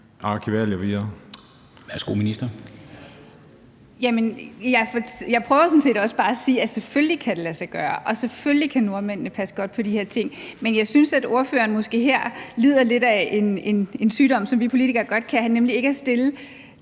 sådan set også bare at sige, at det selvfølgelig kan lade sig gøre, og selvfølgelig kan nordmændene passe godt på de her ting. Men jeg synes, at ordføreren måske her lider lidt af en sygdom, som vi politikere godt kan have, nemlig ikke også at stille